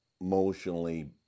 emotionally